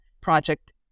project